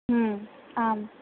ह्म् आम्